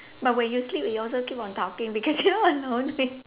but when you sleep it also keep on talking because you know annoying